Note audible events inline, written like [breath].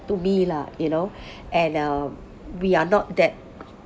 to me lah you know [breath] and uh we are not that